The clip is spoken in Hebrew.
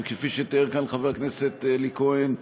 כפי שתיאר כאן חבר הכנסת אלי כהן,